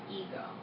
ego